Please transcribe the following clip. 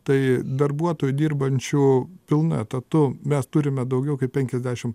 tai darbuotojų dirbančių pilnu etatu mes turime daugiau kaip penkiasdešimt